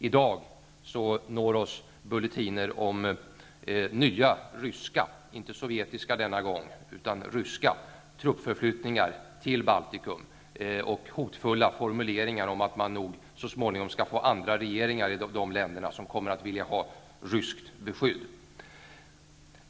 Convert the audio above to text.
I dag når oss bulletiner om nya ryska, inte sovjetiska denna gång, truppförflyttningar till Baltikum och hotfulla formuleringar om att man nog så småningom skall få andra regeringar i de länderna som kommer att vilja ha ryskt beskydd.